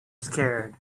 scared